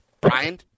Brian